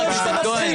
רוצים לדעת אותם.